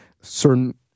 certain